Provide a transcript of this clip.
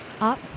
up